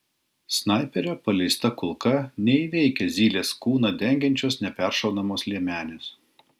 snaiperio paleista kulka neįveikia zylės kūną dengiančios neperšaunamos liemenės